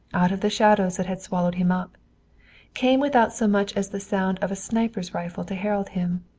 out of the shadows that had swallowed him up came without so much as the sound of a sniper's rifle to herald him.